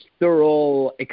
thorough